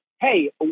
hey